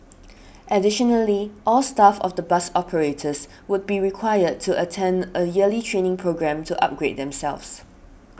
additionally all staff of the bus operators would be required to attend a yearly training programme to upgrade themselves